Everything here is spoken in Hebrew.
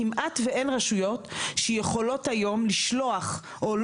כמעט ואין רשויות שיכולות היום לשלוח את